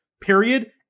period